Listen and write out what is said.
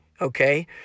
okay